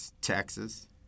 Texas